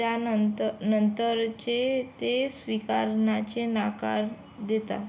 त्यानंतर नंतरचे ते स्वीकारण्याचे नकार देतात